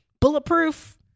bulletproof